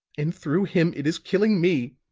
and through him it is killing me.